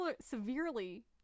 severely